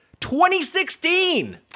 2016